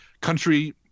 country